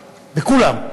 בכולם.